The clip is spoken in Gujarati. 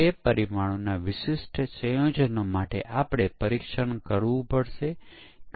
તેથી 70 ટકા ભૂલો દરેક બગ ફિલ્ટરમાંથી છટકી જાય છે જે તેમનું નિરીક્ષણ IEEE કમ્પ્યુટર 1996 માં હતું